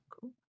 Cool